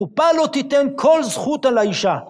‫ופה לא תיתן כל זכות על האישה.